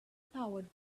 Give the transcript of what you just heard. powered